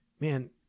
man